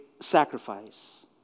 sacrifice